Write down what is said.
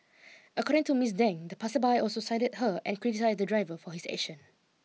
according to Miss Deng the passersby also sided her and criticised the driver for his action